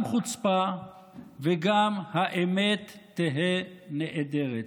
גם חוצפה וגם האמת תהא נעדרת.